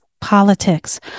politics